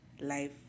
life